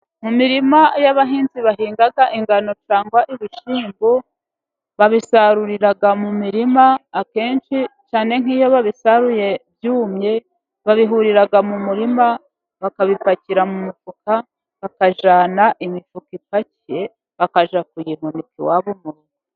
Mu mirima y'abahinzi bahinga ingano cyangwa ibishyimbo babisarurira mu mirima, akenshi cyane nk'iyo babisaruye byumye babihurira mu murima bakabipakira mu mufuka, bakajyana imifuka ipakiye bakajya kuyihunika iwabo mu rugo.